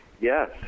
Yes